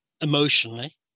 emotionally